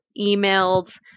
emailed